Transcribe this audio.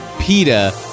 Peta